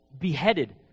beheaded